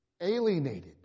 alienated